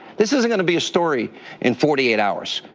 this isn't going to be a story in forty eight hours.